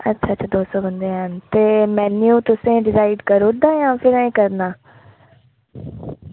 अच्छा अच्छा दस्स बंदे हैन मेन्यू तुसें डिसाईड करी ओड़दा जां तुसें ऐहीं करना